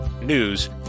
news